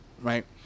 Right